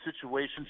situations